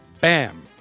Bam